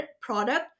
product